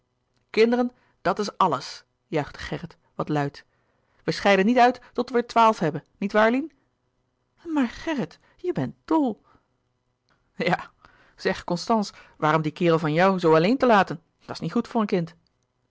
kinderen dat is alles juichte gerrit wat luid wij scheiden niet uit tot wij er twaalf hebben niet waar lien maar gerrit je bent dol ja zeg constance waarom dien kerel van jou zoo alleen te laten dat is niet goed voor een kind